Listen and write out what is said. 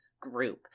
group